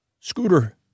Scooter